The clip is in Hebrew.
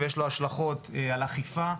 ויש לו השלכות על אכיפה,